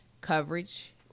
coverage